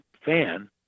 fan